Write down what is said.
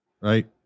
right